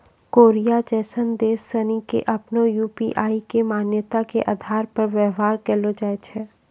Korea जैसन देश सनि मे आपनो यू.पी.आई के मान्यता के आधार पर व्यवहार कैलो जाय छै